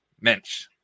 mensch